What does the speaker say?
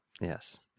Yes